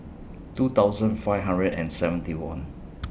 two thousand five hundred and seventy one